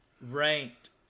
ranked